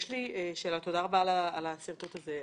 תודה רבה על השרטוט הזה.